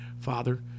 Father